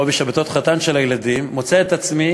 או בשבתות-חתן של הילדים, מוצא את עצמי,